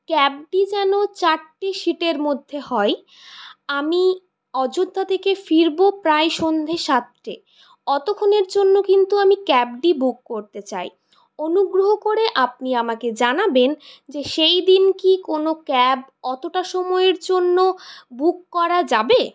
ক্যাবটি যেন চারটি সিটের মধ্যে হয় আমি অযোধ্যা থেকে ফিরবো প্রায় সন্ধ্যে সাতটে অতক্ষণের জন্য কিন্তু আমি ক্যাবটি বুক করতে চাই অনুগ্রহ করে আপনি আমাকে জানাবেন যে সেইদিন কি কোনো ক্যাব অতোটা সময়ের জন্য বুক করা যাবে